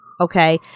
okay